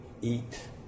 eat